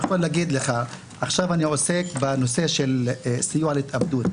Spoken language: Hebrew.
עכשיו אני עוסק בנושא של סיוע להתאבדות,